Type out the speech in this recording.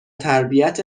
تربیت